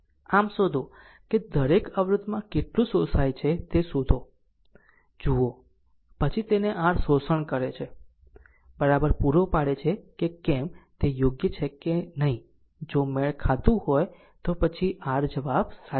આમ શોધો કે દરેક અવરોધમાં કેટલું શોષાય છે તે જુઓ પછી તેને r શોષણ કરે છે પૂરો પાડે છે કે કેમ તે યોગ્ય છે કે નહીં જો મેળ ખાતું હોય તો પછી r જવાબ સાચો છે